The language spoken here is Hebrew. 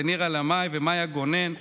לנירה לאמעי ומאיה גונן,